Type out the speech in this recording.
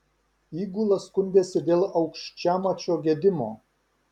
įgula skundėsi dėl aukščiamačio gedimo